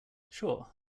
sure